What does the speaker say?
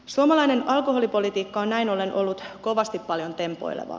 suomalainen alkoholipolitiikka on näin ollen ollut kovasti paljon tempoilevaa